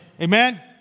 Amen